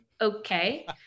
okay